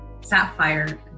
Sapphire